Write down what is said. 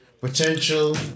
Potential